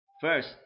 First